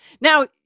now